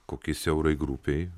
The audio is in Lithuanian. kokiai siaurai grupei